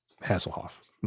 Hasselhoff